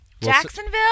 Jacksonville